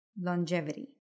longevity